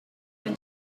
been